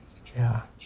ya